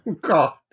God